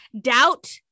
Doubt